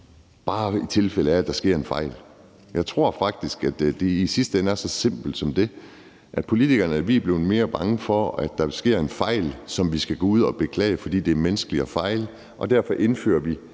bare i det tilfælde, at der sker en fejl. Jeg tror faktisk, at det i sidste ende er så simpelt som, at vi politikere er blevet mere bange for, at der sker en fejl, som vi skal gå ud at beklage, fordi det er menneskeligt at fejle, og at vi derfor indfører